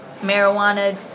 marijuana